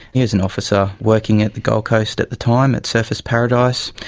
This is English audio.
he was an officer working at the gold coast at the time, at surfers paradise.